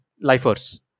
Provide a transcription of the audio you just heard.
lifers